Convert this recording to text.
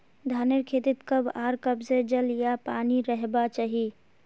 धानेर खेतीत कब आर कब से जल या पानी रहबा चही?